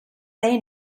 they